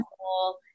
cool